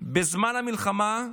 בזמן המלחמה,